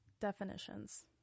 definitions